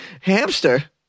hamster